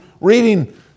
reading